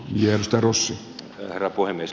jos rossi varapuhemies